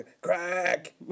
Crack